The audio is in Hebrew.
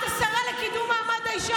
את השרה לקידום מעמד האישה.